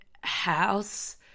house